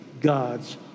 God's